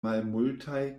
malmultaj